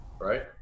right